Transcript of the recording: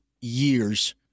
years